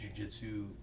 jujitsu